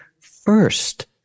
first